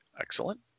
Excellent